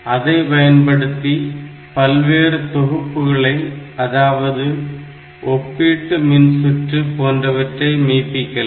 அதை பயன்படுத்தி பல்வேறு தொகுப்புகளை அதாவது ஒப்பீட்டு மின்சுற்று போன்றவற்றை மெய்ப்பிக்கலாம்